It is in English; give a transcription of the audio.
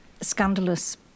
scandalous